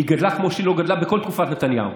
היא גדלה כמו שהיא לא גדלה בכל תקופת נתניהו,